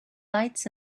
lights